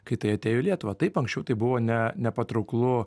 kai tai atėjo į lietuvą taip anksčiau tai buvo ne nepatrauklu